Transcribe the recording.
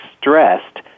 stressed